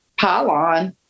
Pylon